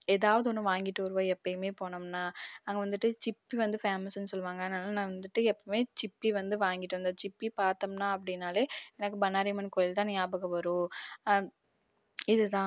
ஏதாவது ஒன்று வாங்கிட்டு வருவோம் எப்பவுமே போனம்னால் அங்கே வந்துட்டு சிப்பி வந்து ஃபேமஸ்னு சொல்லுவாங்கள் அதனால் நாங்க வந்துட்டு எப்பவுமே சிப்பி வந்து வாங்கிட்டு வந்து சிப்பி பார்த்தம்னா அப்படின்னாலே எனக்கு பண்ணாரியம்மன் கோயில் தான் ஞாபகம் வரும் இது தான்